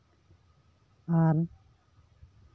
ᱟᱨ